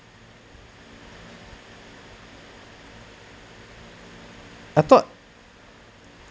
I thought